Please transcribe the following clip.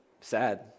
sad